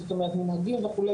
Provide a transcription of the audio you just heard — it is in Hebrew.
זאת אומרת מנהגים וכו',